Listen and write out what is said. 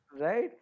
Right